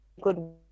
good